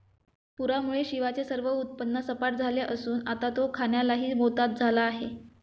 पूरामुळे शिवाचे सर्व उत्पन्न सपाट झाले असून आता तो खाण्यालाही मोताद झाला आहे